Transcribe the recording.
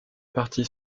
partie